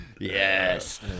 Yes